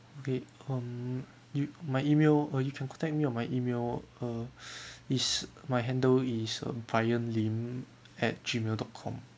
okay um you my email uh you can contact me on my email uh is my handle is uh bryan lim at gmail dot com